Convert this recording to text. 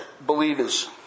believers